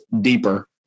deeper